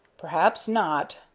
perhaps not,